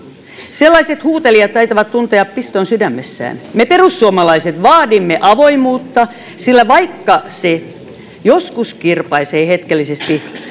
sellaiset huutelijat taitavat tuntea piston sydämessään me perussuomalaiset vaadimme avoimuutta sillä vaikka se joskus kirpaisee hetkellisesti